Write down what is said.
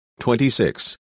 26